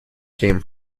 came